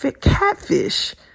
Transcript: catfish